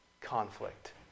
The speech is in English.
conflict